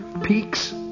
Peaks